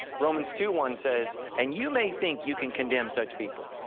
romans two one says, and you may think you can condemn such people,